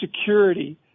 security